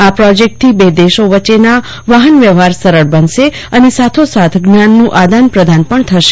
આ પ્રોજેક્ટથી બે દેશો વચ્ચેના વાહન વ્યવહાર સરળ બનશે અને સાથોસાથ જ્ઞાનનું આદાનપ્રદાન પણ થશે